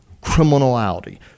criminality